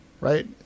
Right